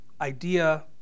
idea